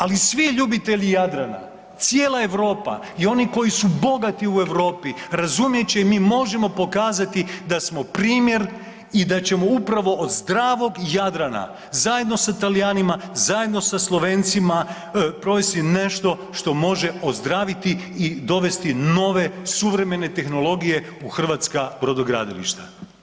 Ali svi ljubitelji Jadrana, cijela Europa i oni koji su bogati u Europi, razumjet će i mi možemo pokazati da smo primjer i da ćemo upravo od zdravog Jadrana zajedno sa Talijanima, zajedno sa Slovencima provesti nešto što može ozdraviti i dovesti nove suvremene tehnologije u hrvatska brodogradilišta.